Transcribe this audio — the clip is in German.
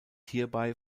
hierbei